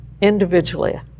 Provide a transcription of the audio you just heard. individually